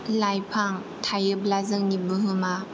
लाइफां थायोब्ला जोंनि बुहुमा